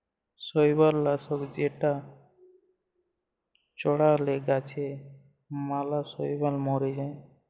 শৈবাল লাশক যেটা চ্ড়ালে গাছে ম্যালা শৈবাল ম্যরে যায়